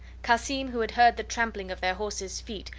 cassim, who had heard the trampling of their horses' feet,